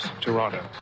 Toronto